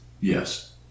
Yes